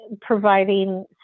providing